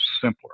simpler